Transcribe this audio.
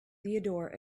theodore